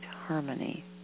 harmony